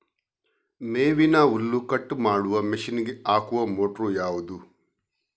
ಮೇವಿನ ಹುಲ್ಲು ಕಟ್ ಮಾಡುವ ಮಷೀನ್ ಗೆ ಹಾಕುವ ಮೋಟ್ರು ಯಾವುದು?